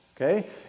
Okay